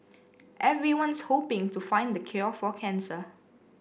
everyone's hoping to find the cure for cancer